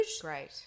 Great